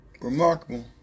remarkable